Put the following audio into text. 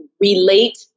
relate